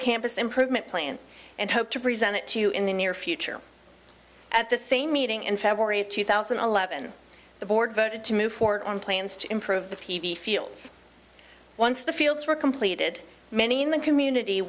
campus improvement plan and hope to present it to you in the near future at the same meeting in february of two thousand and eleven the board voted to move forward on plans to improve the p v fields once the fields were completed many in the community